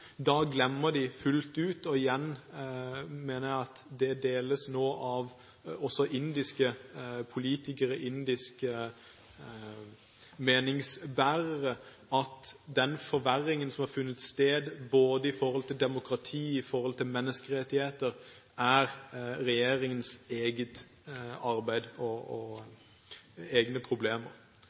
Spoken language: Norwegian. Da glemmer de fullt ut – og igjen mener jeg at det nå også deles av indiske politikere og indiske meningsbærere – at den forverringen som har funnet sted, både i forhold til demokrati og menneskerettigheter, er regjeringens eget arbeid og egne problemer.